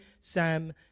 Sam